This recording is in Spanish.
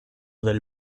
del